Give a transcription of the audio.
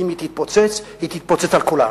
אם היא תתפוצץ, היא תתפוצץ על כולנו.